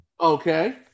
Okay